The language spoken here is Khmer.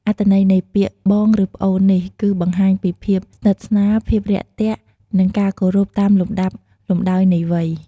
អត្ថន័យនៃពាក្យ បងឬប្អូន នេះ គឺ បង្ហាញពីភាពស្និទ្ធស្នាល ភាពរាក់ទាក់ និងការគោរពតាមលំដាប់លំដោយនៃវ័យ។